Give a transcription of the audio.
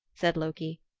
said loki.